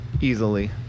Easily